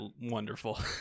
wonderful